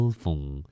phone